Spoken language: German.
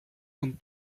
und